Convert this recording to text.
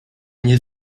nie